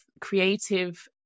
creative